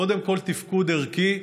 קודם כול תפקוד ערכי,